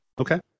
Okay